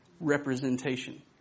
representation